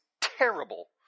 terrible